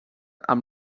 amb